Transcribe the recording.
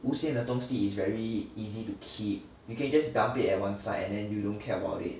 无线的东西 is very easy to keep you can just dump it at one side and then you don't care about it